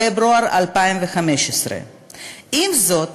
פברואר 2015. עם זאת,